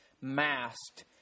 masked